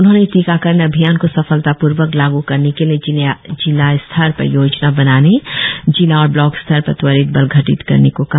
उन्होंने टीकाकरण अभियान को सफलतापूर्वक लागू करने के लिए जिला स्तर पर योजना बनाने जिला और ब्लॉक स्तर पर त्वरित बल गठित करने को कहा